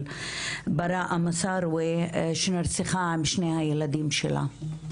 בראא מסארווה שנרצחה עם שני הילדים שלה.